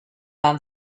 van